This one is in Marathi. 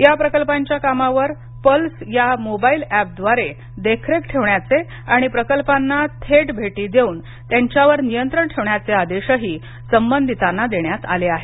या प्रकल्पांच्या कामावर पल्स या मोबाईल एपद्वारे देखरेख ठेवण्याचे आणि प्रकल्पांना थेट भेटी देऊन त्यांच्यावर नियंत्रण ठेवण्याचे आदेशही संबंधिताना देण्यात आले आहेत